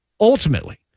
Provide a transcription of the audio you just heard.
Ultimately